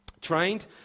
trained